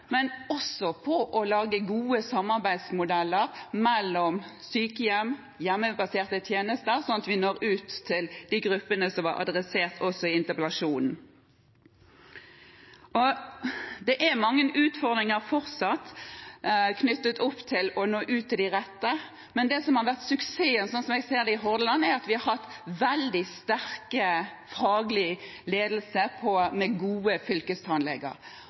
men også på å lage gode samarbeidsmodeller mellom sykehjem og hjemmebaserte tjenester, sånn at vi når ut til de gruppene som var adressert også i interpellasjonen. Det er mange utfordringer fortsatt knyttet til å nå ut til de rette. Men det som har vært suksessen i Hordaland, sånn som jeg ser det, er at de har hatt veldig sterk faglig ledelse med gode